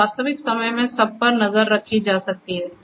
तो वास्तविक समय में सब पर नजर रखी जा सकती है